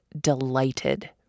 delighted